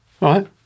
Right